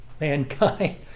mankind